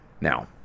Now